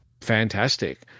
fantastic